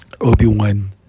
Obi-Wan